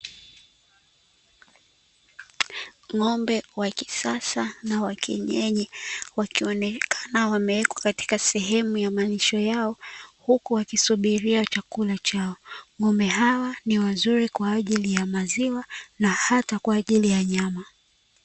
Ng'ombe wa kisasa na wa kienyeji wakionekana wamewekwa katika sehemu ya malisho yao huku wakisubiria chakula chao ng'ombe hawa ni wazuri kwa ajili ya maziwa na hata kwa ajili ya nyama.